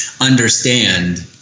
understand